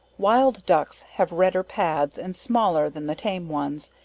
wild ducks, have redder pads, and smaller than the tame ones,